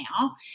now